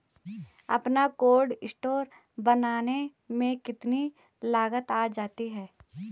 अपना cold store बनाने में कितनी लागत आ जाती है?